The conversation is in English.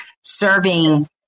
serving